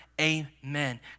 amen